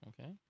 Okay